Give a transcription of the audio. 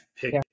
pick